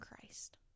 Christ